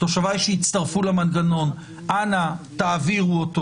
תושבי שהצטרפו למנגנון, אנא תעבירו אותו